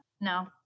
No